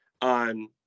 on